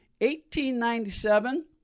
1897